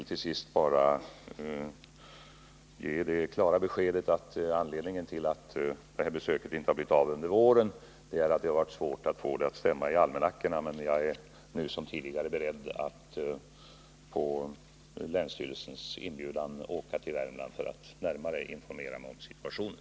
Till sist vill jag ge det beskedet, att anledningen till att besöket i Värmland inte har blivit av under våren är att det varit svårt att få det att passa in i almanackan. Men jag är nu som tidigare beredd att hörsamma länsstyrelsens inbjudan och resa till Värmland för att närmare informera mig om situationen.